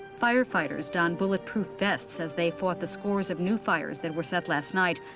firefighters donned bulletproof vests as they fought the scores of new fires that were set last night.